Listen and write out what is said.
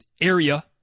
area